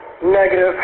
Negative